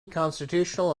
constitutional